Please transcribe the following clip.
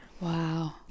Wow